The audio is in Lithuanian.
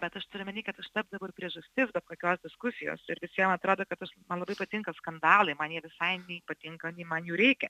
bet aš turiu omeny kad aš tapdavau ir priežastis bet kokios diskusijos ir visiem atrodo kad aš man labai patinka skandalai man jie visai nei patinka nei man jų reikia